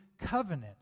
covenant